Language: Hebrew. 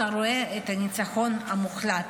אתה רואה את הניצחון המוחלט,